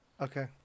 Okay